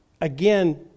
again